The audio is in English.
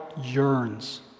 yearns